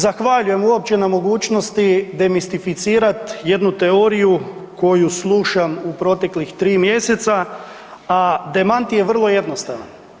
Zahvaljujem uopće na mogućnosti demistificirati jednu teoriju koju slušam u proteklih 3 mjeseca, a demanti je vrlo jednostavan.